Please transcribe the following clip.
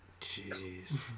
Jeez